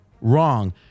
wrong